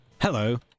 Hello